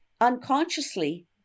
unconsciously